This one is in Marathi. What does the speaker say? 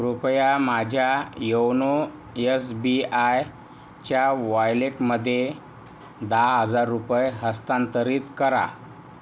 कृपया माझ्या योनो एस बी आयच्या वॉयलेटमध्ये दहा हजार रुपये हस्तांतरित करा